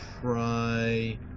try